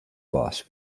boss